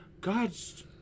God's